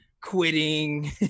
quitting